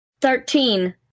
thirteen